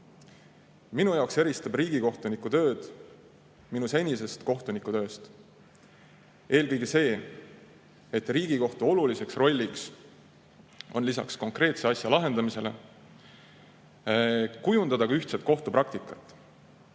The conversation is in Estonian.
jaoks eristab riigikohtuniku tööd minu senisest kohtunikutööst eelkõige see, et Riigikohtu oluliseks rolliks on lisaks konkreetse asja lahendamisele kujundada ka ühtset kohtupraktikat.